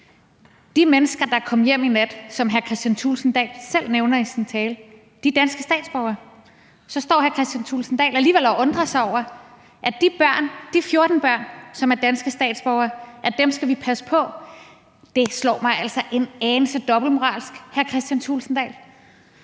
De mennesker, der kom hjem i nat, som hr. Kristian Thulesen Dahl selv nævner i sin tale, er danske statsborgere. Så står hr. Kristian Thulesen Dahl alligevel og undrer sig over, at vi skal passe på de 14 børn, som er danske statsborgere. Det slår mig altså som værende en anelse dobbeltmoralsk, hr. Kristian Thulesen Dahl.